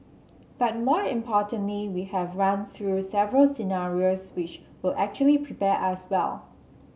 but more importantly we have run through several scenarios which will actually prepare us well